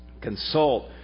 consult